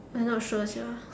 I not sure sia